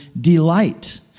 delight